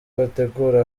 bategura